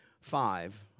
five